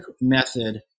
method